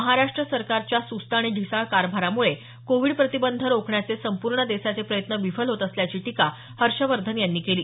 महाराष्ट्र सरकारच्या सुस्त आणि ढिसाळ कारभारामुळे कोविड प्रतिबंध रोखण्याचे संपूर्ण देशाचे प्रयत्न विफल होत असल्याची टीका हर्षवर्धन यांनी केली